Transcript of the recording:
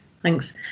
Thanks